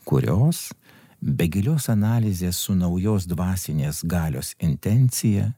kurios be gilios analizės su naujos dvasinės galios intencija